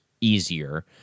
easier